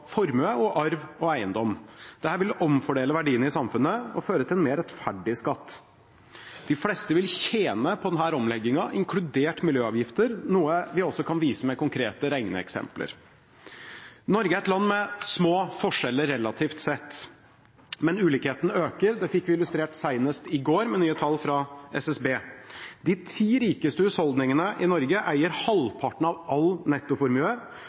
formue, arv og eiendom. Dette vil omfordele verdiene i samfunnet og føre til en mer rettferdig skatt. De fleste vil tjene på denne omleggingen, inkludert miljøavgifter, noe vi også kan vise med konkrete regneeksempler. Norge er et land med små forskjeller relativt sett, men ulikhetene øker. Det fikk vi illustrert senest i går med nye tall fra SSB. De ti rikeste husholdningene i Norge eier halvparten av all nettoformue,